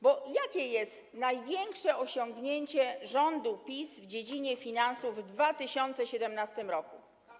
Bo jakie jest największe osiągnięcie rządu PiS w dziedzinie finansów w 2017 r.